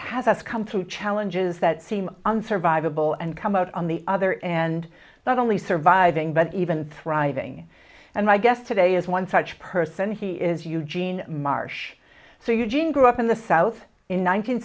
has come through challenges that seem unsurvivable and come out on the other and not only surviving but even thriving and my guest today is one such person he is eugene marsh so eugene grew up in the south in